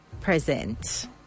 present